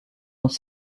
dans